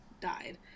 died